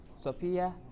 Sophia